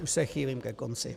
Už se chýlím ke konci.